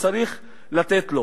וצריך לתת לו.